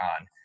on